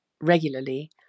regularly